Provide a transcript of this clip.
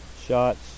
shots